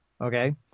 Okay